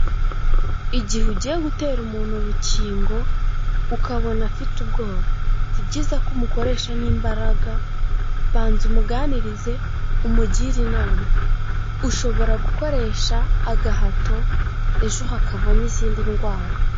Igihe ugiye gutera umuntu urukingo ukabona afite ubwoba, si byiza ko umukoresha n'imbaraga, banza umuganirize umugire inama, ushobora gukoresha agahato ejo hakavamo izindi ndwara.